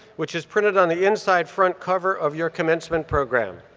which is printed on the inside front cover of your commencement program.